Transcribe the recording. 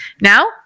Now